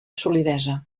solidesa